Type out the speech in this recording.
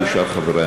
כשאר חברי,